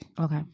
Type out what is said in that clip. Okay